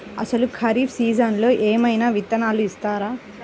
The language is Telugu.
అసలు ఖరీఫ్ సీజన్లో ఏమయినా విత్తనాలు ఇస్తారా?